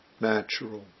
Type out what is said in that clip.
natural